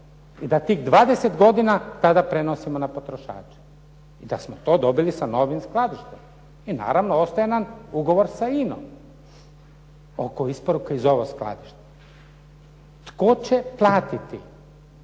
i da tih 20 godina tada prenosimo na potrošače, i da smo to dobili sa novim skladištem i naravno ostaje nam ugovor sa INA-om oko isporuke i za ovo skladište. Tko će platiti